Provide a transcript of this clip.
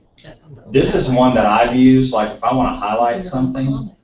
this is one that i've used, like if i want to highlight something.